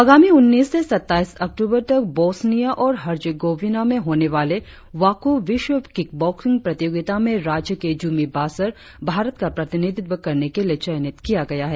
आगामी उन्नीस से सत्ताईस अक्टूबर तक बोस्निया और हर्जेगोविना में होने वाले वाकों विश्व किकबॉक्सिंग प्रतियोगिता में राज्य के जुमी बासर भारत का प्रतिनिधित्व करने के लिए चयनित किया गया है